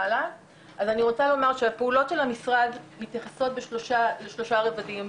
אז אני רוצה לומר שהפעולות של המשרד מתייחסות לשלושה רבדים.